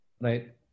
Right